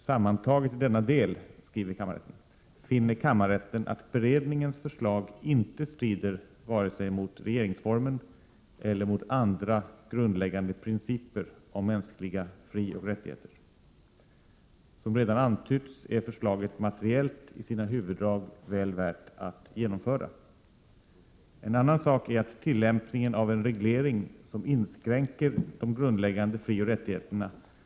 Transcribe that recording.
”Sammantaget i denna del finner kammarrätten att beredningens förslag inte strider vare sig mot RF eller mot andra grundläggande principer om mänskliga frioch rättigheter. Som redan antytts är förslaget materiellt i sina huvuddrag väl värt att genomföra. En annan sak är att tillämpningen av en reglering som inskränker de grundläggande frioch rättigheterna alltid måste Prot.